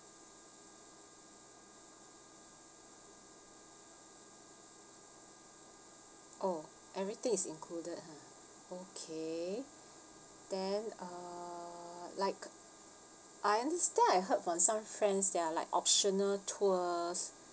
oh everything is included ha okay then uh like I understand I heard from some friends there are like optional tours